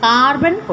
Carbon